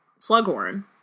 Slughorn